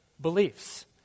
beliefs